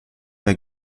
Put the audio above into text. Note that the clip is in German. der